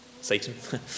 Satan